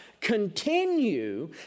continue